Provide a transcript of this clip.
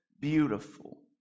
beautiful